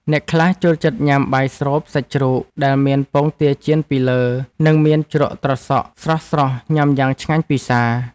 អ្នកខ្លះចូលចិត្តញ៉ាំបាយស្រូបសាច់ជ្រូកដែលមានពងទាចៀនពីលើ និងមានជ្រក់ត្រសក់ស្រស់ៗញ៉ាំយ៉ាងឆ្ងាញ់ពិសា។